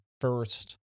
first